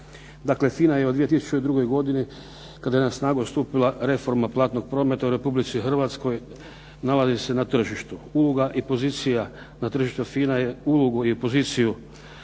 Dakle, FINA je u 2002. godini kada je na snagu stupila reforma platnog prometa u Republici Hrvatskoj nalazi se na tržištu. Uloga i pozicija na tržištu, ulogu i poziciju